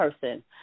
person